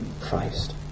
Christ